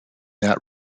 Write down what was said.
that